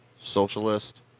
socialist